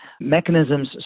mechanisms